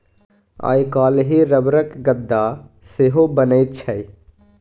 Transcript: आइ काल्हि रबरक गद्दा सेहो बनैत छै